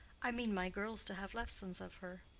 i mean my girls to have lessons of her.